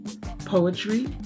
poetry